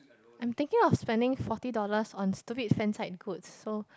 I'm thinking of spending forty dollars on stupid fan site goods so